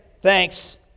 thanks